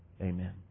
Amen